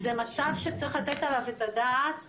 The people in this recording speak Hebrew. זה מצב שצריך לתת עליו את הדעת,